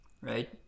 Right